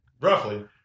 Roughly